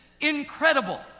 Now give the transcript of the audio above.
incredible